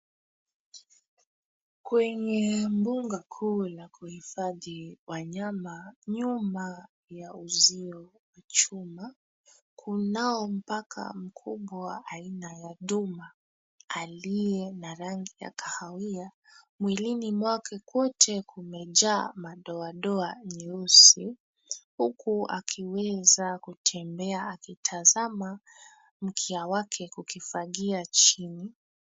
Kwenye mbuga kuu la kuhifadhi wanyama nyuma ya uzio wa chuma, kunao paka mkubwa aina ya duma aliye na rangi ya kahawia. Mwilini mwake kwote kumejaa madoadoa nyeusi huku akiweza kutembea akitazama mkia wake ukifagia chini.